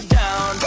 down